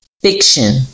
fiction